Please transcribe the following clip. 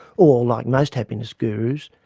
or, like most happiness gurus,